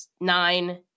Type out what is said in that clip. nine